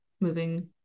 moving